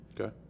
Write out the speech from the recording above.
Okay